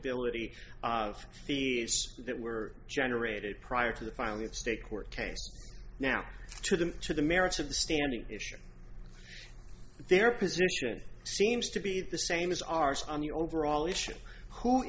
ability of the that were generated prior to the filing of state court case now to them to the merits of the standing issue their position seems to be the same as ours on the overall issue who